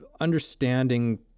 understanding